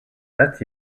that